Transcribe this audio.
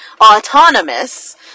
autonomous